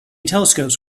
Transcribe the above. telescopes